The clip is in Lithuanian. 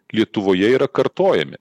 lietuvoje yra kartojami